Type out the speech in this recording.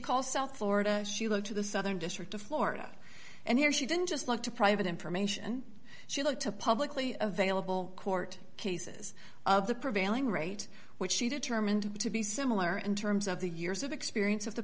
calls south florida she go to the southern district of florida and here she didn't just look to private information she looked to publicly available court cases of the prevailing rate which she determined to be similar in terms of the years of experience of the